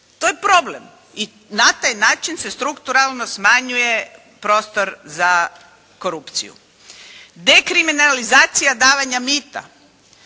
To je problem. I na taj način se strukturalno smanjuje prostor za korupciju. Dekriminalizacija davanja mita,